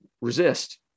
resist